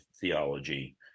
theology